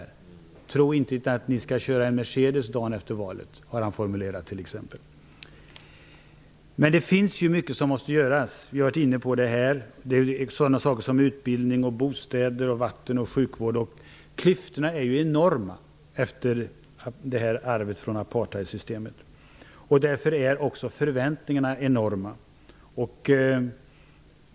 Tro inte att ni skall köra en Mercedes dagen efter valet -- har han t.ex. formulerat det. Det finns mycket som måste göras. Vi har berört det här. Det gäller sådana saker som utbildning, bostäder, vatten och sjukvård. Klyftorna är enorma efter arvet från apartheidsystemet. Därför är också förväntningarna enorma.